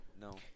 No